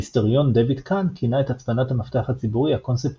ההיסטוריון דייוויד קאהן כינה את הצפנת המפתח הציבורי הקונספט